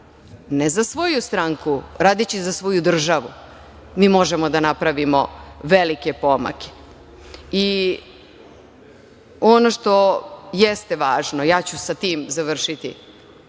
ne za svoju stranku, radeći za svoju državu, mi možemo da napravimo velike pomake. Ono što jeste važno, ja ću sa tim završiti,